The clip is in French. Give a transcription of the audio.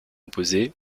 opposé